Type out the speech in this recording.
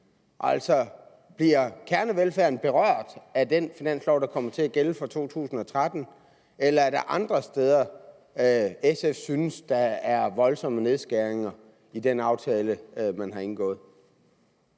Altså, bliver kernevelfærden berørt af den finanslov, der kommer til at gælde for 2013, eller er der andre steder, SF synes der er voldsomme nedskæringer i den aftale, man har indgået?